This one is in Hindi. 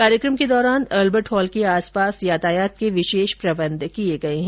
कार्यक्रम के दौरान अल्बर्ट हॉल के आसपास यातायात के विशेष प्रबंध किए गए हैं